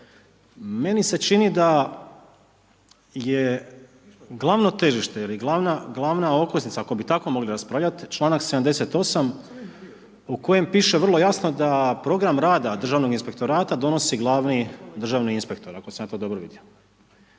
Meni se čini da je glavno težište ili glavna okosnica, ako bi tako mogli raspravljat članak 78. u kojem piše vrlo jasno da program rada državnog inspektorata donosi glavni državni inspektor, ako sam ja to dobro vidio.